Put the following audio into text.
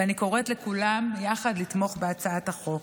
ואני קוראת לכולם יחד לתמוך בהצעת החוק.